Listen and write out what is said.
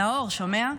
נאור, שומע?